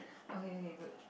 okay okay good